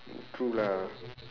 true lah